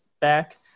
back